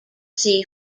sea